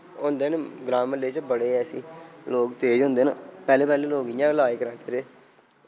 होंदे न ग्रांऽ म्हल्ले च बड़े ऐसी लोक तेज होंदे न पैह्ले पैह्ले लोक इ'यां गै लाज करांदे रेह्